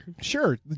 Sure